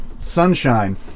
sunshine